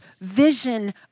vision